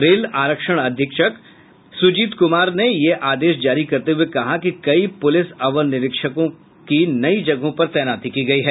rail आरक्षण अधीक्षक सुजीत कुमार ने यह आदेश जारी करते हुये कहा कि कई पुलिस अवर निरीक्षकों की नई जगहों पर तैनाती की गयी है